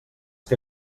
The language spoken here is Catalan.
que